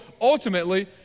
ultimately